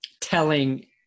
telling